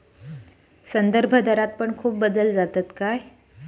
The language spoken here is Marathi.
संदर्भदरात पण खूप बदल जातत काय?